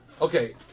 Okay